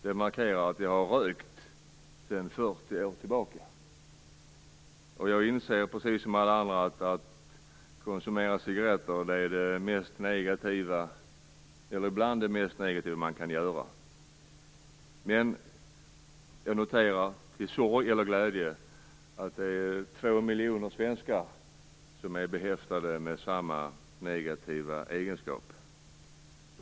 Det markerar att jag har rökt sedan 40 år tillbaka. Jag inser, precis som alla andra, att bland det mest negativa man kan göra är att konsumera cigaretter. Men jag noterar med sorg eller glädje att det är två miljoner svenskar som är behäftade med samma negativa egenskap.